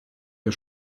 der